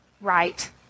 right